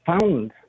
found